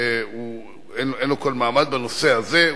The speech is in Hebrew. אין לו כל מעמד בנושא הזה,